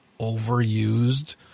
overused